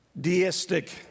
deistic